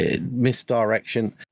misdirection